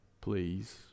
please